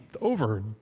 over